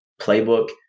playbook